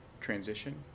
transition